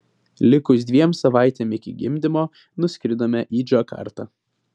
likus dviem savaitėm iki gimdymo nuskridome į džakartą